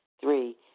Three